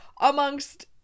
amongst